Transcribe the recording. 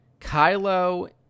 Kylo